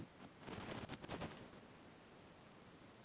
मसूरी के फसल में प्रति एकड़ केतना बिया डाले के चाही?